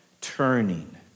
turning